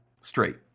straight